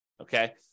okay